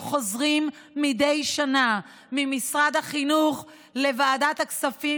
חוזרים מדי שנה ממשרד החינוך לוועדת הכספים,